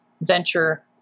venture